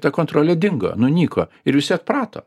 ta kontrolė dingo nunyko ir visi atprato